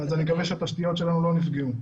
ואני מקווה שהתשתיות שלנו לא נפגעו.